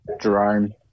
Jerome